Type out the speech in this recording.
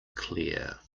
clear